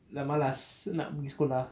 dah malas nak pergi sekolah